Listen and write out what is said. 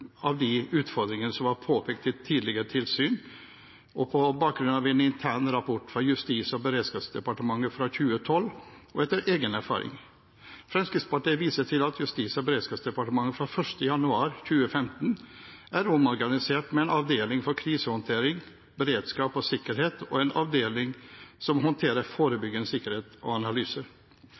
av de utfordringene som var påpekt i tidligere tilsyn, på bakgrunn av en intern rapport fra Justis- og beredskapsdepartementet fra 2012 og etter egen erfaring. Fremskrittspartiet viser til at Justis- og beredskapsdepartementet fra 1. januar 2015 er omorganisert med en avdeling for krisehåndtering, beredskap og sikkerhet og en avdeling som håndterer forebyggende sikkerhet og analyse.